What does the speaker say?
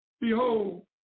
behold